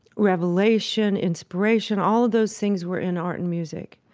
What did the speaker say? revelation, inspiration, all those things were in art and music.